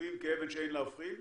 ששוכבים כאבן שאין לה הופכין,